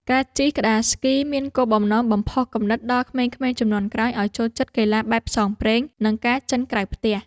ការជិះក្ដារស្គីមានគោលបំណងបំផុសគំនិតដល់ក្មេងៗជំនាន់ក្រោយឱ្យចូលចិត្តកីឡាបែបផ្សងព្រេង និងការចេញក្រៅផ្ទះ។